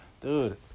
Dude